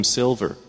silver